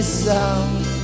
sound